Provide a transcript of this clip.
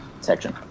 section